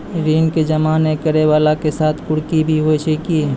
ऋण के जमा नै करैय वाला के साथ कुर्की भी होय छै कि?